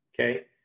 Okay